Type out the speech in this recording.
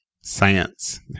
Science